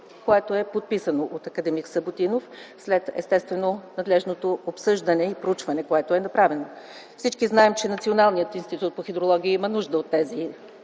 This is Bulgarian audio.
което е подписано от акад. Съботинов след съответното надлежно обсъждане и проучване, което е направено. Всички знаят, че Националният институт по хидрология има нужда от тези